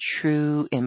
true